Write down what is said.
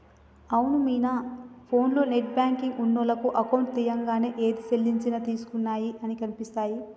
అవును మీనా ఫోన్లో net banking ఉన్నోళ్లకు అకౌంట్ తీయంగానే ఏది సెల్లించినవి తీసుకున్నయి అన్ని కనిపిస్తాయి